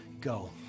go